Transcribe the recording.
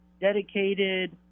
dedicated